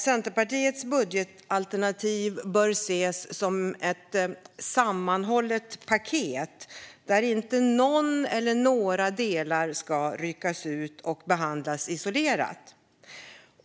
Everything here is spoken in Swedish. Centerpartiets budgetalternativ bör nämligen ses som ett sammanhållet paket där inte någon eller några delar ska ryckas ut och behandlas isolerat.